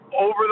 over